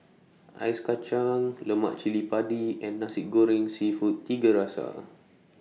Ice Kachang Lemak Cili Padi and Nasi Goreng Seafood Tiga Rasa